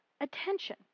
attention